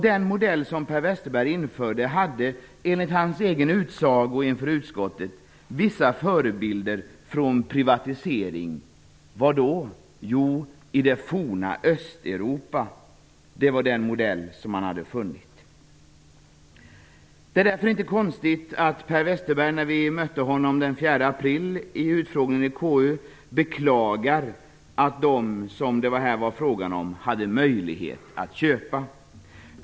Den modell som Per Westerberg införde hade enligt hans egen utsago inför utskottet vissa förebilder från privatisering. Var? Jo, i det forna Östeuropa! Det var den modell som han hade funnit. Det är därför inte konstigt att Per Westerberg när vi träffade honom vid utfrågningen i KU den 4 april beklagade att de som det här är fråga om hade möjlighet att köpa.